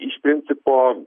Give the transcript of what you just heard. iš principo